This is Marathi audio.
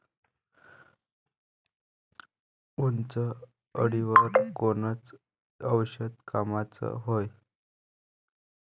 उंटअळीवर कोनचं औषध कामाचं हाये?